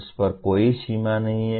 उस पर कोई सीमा नहीं है